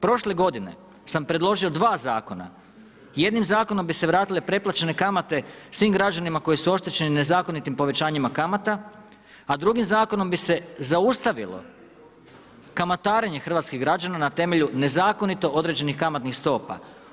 Prošle godine sam predložio dva zakona, jednim zakonom bi se vratile preplaćene kamate svim građanima koji su oštećeni nezakonitim povećanjem kamata, a drugim zakonom bi se zaustavilo kamatarenje hrvatskih građana na temelju nezakonito određenih kamatnih stopa.